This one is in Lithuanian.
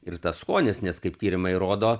ir tas skonis nes kaip tyrimai rodo